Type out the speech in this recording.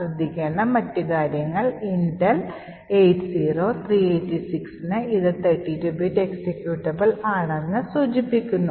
ശ്രദ്ധിക്കേണ്ട മറ്റ് കാര്യങ്ങൾ ഇന്റൽ 80386 ന് ഇത് 32 ബിറ്റ് എക്സിക്യൂട്ടബിൾ ആണെന്ന് സൂചിപ്പിക്കുന്നു